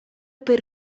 per